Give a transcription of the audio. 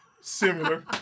Similar